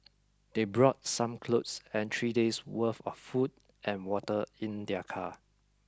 they brought some clothes and three days' worth of food and water in their car